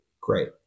Great